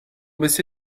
baissé